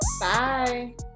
Bye